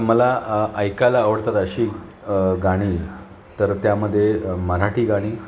मला ऐकायला आवडतात अशी गाणी तर त्यामध्ये मराठी गाणी